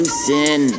sin